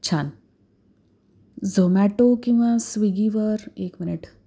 छान झोमॅटो किंवा स्विगीवर एक मिनिट